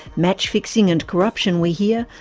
match fixing and corruption, we hear,